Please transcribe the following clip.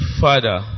Father